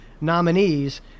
nominees